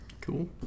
Cool